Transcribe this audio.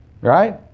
right